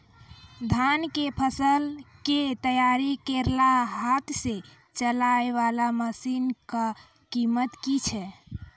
धान कऽ फसल कऽ तैयारी करेला हाथ सऽ चलाय वाला मसीन कऽ कीमत की छै?